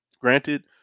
Granted